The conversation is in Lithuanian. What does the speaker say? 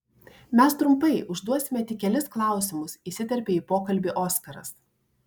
mes trumpai užduosime tik kelis klausimus įsiterpė į pokalbį oskaras